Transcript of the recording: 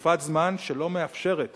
תקופת זמן שלא מאפשרת